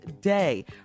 day